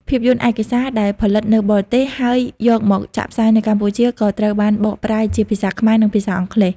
ភាពយន្តឯកសារដែលផលិតនៅបរទេសហើយយកមកចាក់ផ្សាយនៅកម្ពុជាក៏ត្រូវបានបកប្រែជាភាសាខ្មែរនិងភាសាអង់គ្លេស។